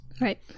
Right